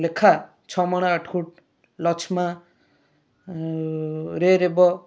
ଲେଖା ଛ'ମାଣ ଆଠଗୁଣ୍ଠ ଲଛମା ରେ ରେବ